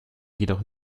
jedoch